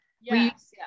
Yes